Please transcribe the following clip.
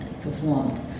performed